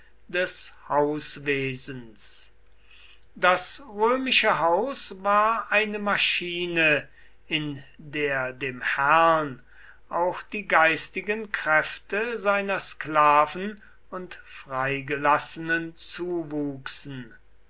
des hauswesens das römische haus war eine maschine in der dem herrn auch die geistigen kräfte seiner sklaven und freigelassenen zuwuchsen